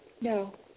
No